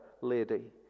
lady